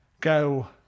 go